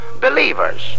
believers